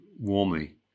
warmly